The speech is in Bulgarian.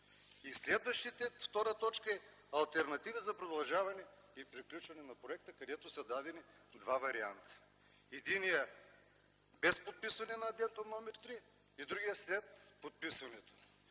а следващата втора точка е „Алтернатива за продължаване и приключване на проекта”, където са дадени два варианта. Единият е без подписване на Адендум № 3, а другият - след подписването.